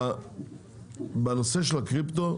בנושא של הקריפטו,